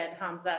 Hamza